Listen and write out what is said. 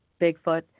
Bigfoot